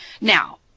Now